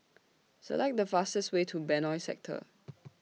Select The fastest Way to Benoi Sector